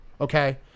Okay